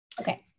Okay